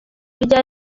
ryari